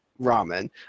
ramen